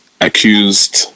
accused